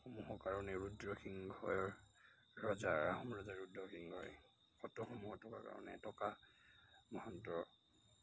সমূহৰ কাৰণে ৰুদ্ৰসিংহৰ ৰজা আহোম ৰজা ৰুদ্ৰসিংহই সত্ৰসমূহত থকা কাৰণে এটকা মহন্তৰ